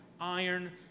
iron